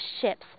ships